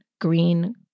green